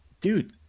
dude